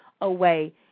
away